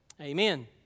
Amen